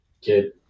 kid